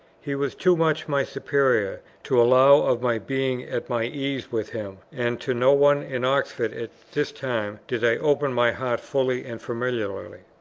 he was too much my superior to allow of my being at my ease with him and to no one in oxford at this time did i open my heart fully and familiarly.